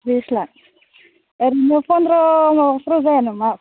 बिस लाख ओरैनो फन्द्र' माबाफोराव जाया नामा